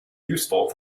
useful